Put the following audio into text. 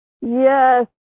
yes